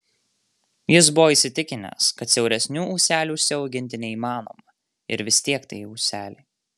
jis buvo įsitikinęs kad siauresnių ūselių užsiauginti neįmanoma ir vis tiek tai ūseliai